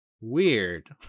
Weird